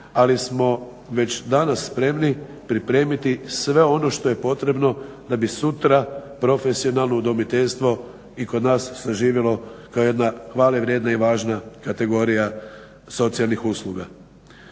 ali smo već danas spremni pripremiti sve ono što je potrebno da bi sutra profesionalno udomiteljstvo i kod nas saživjelo kao jedna hvale vrijedna i važna kategorija socijalnih usluga.